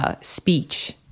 speech